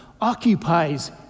occupies